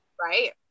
Right